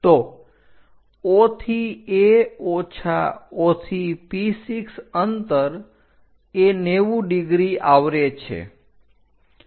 તો O થી A O થી P6 અંતર એ 90° આવરે છે